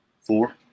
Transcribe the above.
four